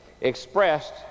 expressed